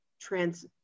trans